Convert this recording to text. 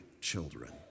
children